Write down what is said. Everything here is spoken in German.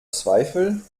zweifel